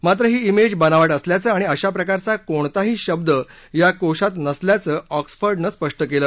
मात्र ही ेेज बनावट असल्याचं आणि अशा प्रकारचा कोणताही शब्द या कोषात नसल्याचं ऑक्सफर्ड नं स्पष्ट केलं